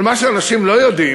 אבל מה שאנשים לא יודעים